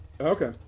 Okay